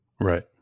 Right